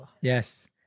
Yes